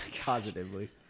Positively